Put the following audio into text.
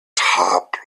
top